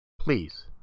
please